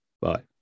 Bye